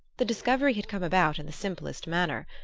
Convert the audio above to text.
the discovery had come about in the simplest manner.